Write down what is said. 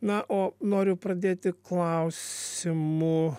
na o noriu pradėti klausimu